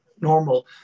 normal